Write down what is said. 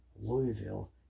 Louisville